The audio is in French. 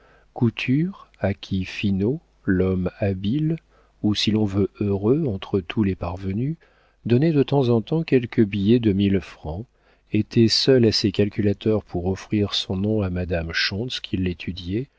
couture à qui finot l'homme habile ou si l'on veut heureux entre tous les parvenus donnait de temps en temps quelques billets de mille francs était seul assez calculateur pour offrir son nom à madame schontz qui l'étudiait